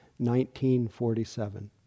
1947